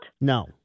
No